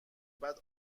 بعد